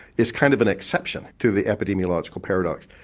it's kind of an exception to the epidemiological paradox,